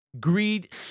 Greed